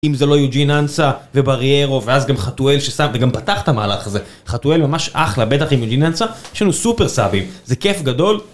אם זה לא יוג'יננצה ובריארו ואז גם חתואל ששם וגם פתח את המהלך הזה חתואל ממש אחלה, בטח עם יוג'יננצה יש לנו סופר סאבים, זה כיף גדול